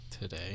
Today